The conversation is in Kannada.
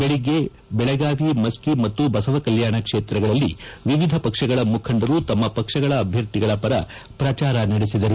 ಬೆಳಿಗ್ಗೆ ಬೆಳಗಾವಿ ಮಸ್ಕಿ ಮತ್ತು ಬಸವಕಲ್ಕಾಣ ಕ್ಷೇತ್ರಗಳಲ್ಲಿ ವಿವಿಧ ಪಕ್ಷಗಳ ಮುಖಂಡರು ತಮ್ಮ ಪಕ್ಷಗಳ ಅಭ್ಯರ್ಥಿಗಳ ಪರ ಪ್ರಚಾರ ನಡೆಸಿದರು